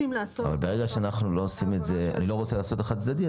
אני לא רוצה לעשות את זה חד צדדי,